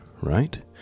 right